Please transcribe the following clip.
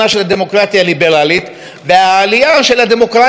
הליברלית והעלייה של הדמוקרטיה הרובנית,